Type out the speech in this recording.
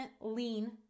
lean